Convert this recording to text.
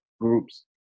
groups